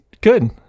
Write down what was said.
good